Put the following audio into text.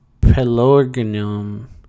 pelargonium